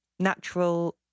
natural